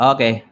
Okay